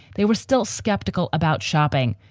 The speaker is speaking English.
they were still skeptical about shopping,